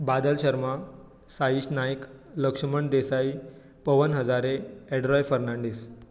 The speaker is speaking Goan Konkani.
बादल शर्मा साईश नायक लक्ष्मण देसाय पवन हजारे एड्रॉय फर्नांडीस